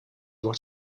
wordt